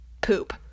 poop